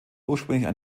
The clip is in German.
ursprünglich